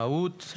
המהות,